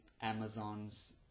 Amazons